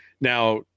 Now